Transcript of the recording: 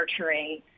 nurturing